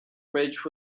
bridge